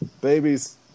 babies